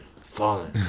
falling